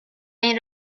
این